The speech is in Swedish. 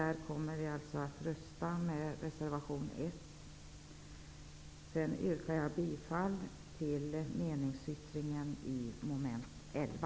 Vi kommer alltså att rösta för reservation 1. Vidare yrkar jag bifall till meningsyttringen avseende mom. 11.